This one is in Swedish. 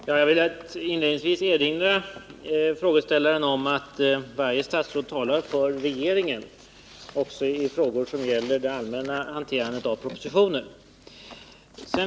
Herr talman! Jag vill inledningsvis erinra frågeställaren om att varje statsråd talar för regeringen, också i frågor som gäller det allmänna hanterandet av propositioner.